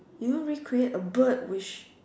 you won't recreate a bird which